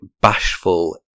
bashful